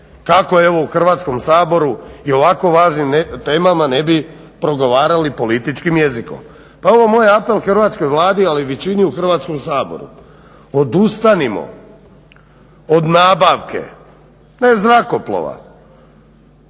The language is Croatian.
kako evo u Hrvatskom saboru i ovako važnim temama ne bi progovarali političkim jezikom. Pa evo moj apel Hrvatskoj Vladi ali većini u Hrvatskom saboru odustanimo od nabavke ne zrakoplova